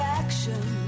action